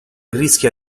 rischia